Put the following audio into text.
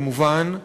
כמובן,